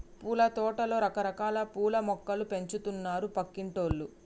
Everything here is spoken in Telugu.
పూలతోటలో రకరకాల పూల మొక్కలు పెంచుతున్నారు పక్కింటోల్లు